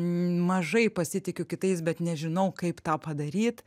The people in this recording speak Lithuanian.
mažai pasitikiu kitais bet nežinau kaip tą padaryt